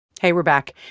hey. we're back.